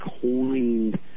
coined